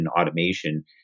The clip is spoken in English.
automation